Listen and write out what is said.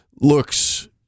looks